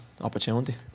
opportunity